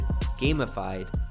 gamified